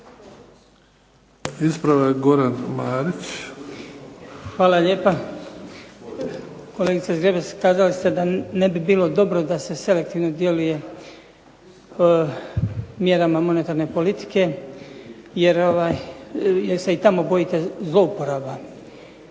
**Marić, Goran (HDZ)** Hvala lijepa. Kolegice Zgrebec, kazali ste da ne bi bilo dobro da se selektivno djeluje mjerama monetarne politike jer se i tamo bojite zlouporaba.